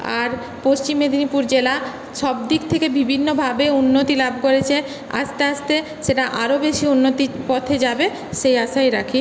আর পশ্চিম মেদিনীপুর জেলা সবদিক থেকে বিভিন্নভাবে উন্নতিলাভ করেছে আস্তে আস্তে সেটা আরো বেশি উন্নতির পথে যাবে সেই আশাই রাখি